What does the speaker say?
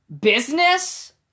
business